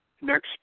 next